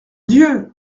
dieu